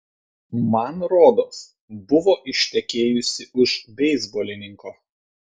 man rodos buvo ištekėjusi už beisbolininko